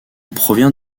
provient